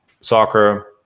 soccer